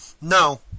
No